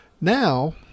Now